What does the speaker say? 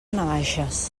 navaixes